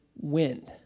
wind